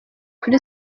kuri